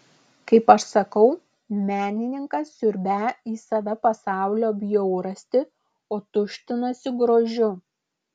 kaip aš sakau menininkas siurbią į save pasaulio bjaurastį o tuštinasi grožiu